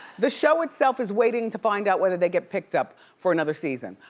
this show itself is waiting to find out whether they get picked up for another season.